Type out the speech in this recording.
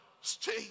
stay